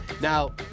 Now